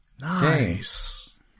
Nice